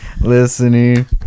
listening